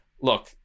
look